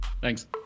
Thanks